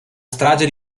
strage